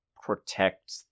protect